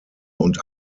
und